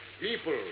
people